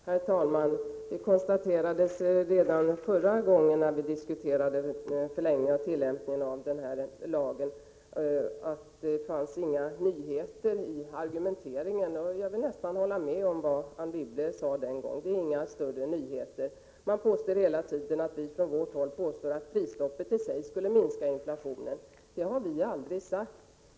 Herr talman! Det konstaterades redan när vi förra gången diskuterade förlängningen av denna lags tillämpning att det inte fanns några nyheter i argumenteringen. Jag vill nästan hålla med om vad Anne Wibble sade den gången, att det inte är fråga om några större nyheter. Man påstår hela tiden att vi från vårt håll hävdar att prisstoppet i sig skulle minska inflationen. Detta har vi aldrig sagt.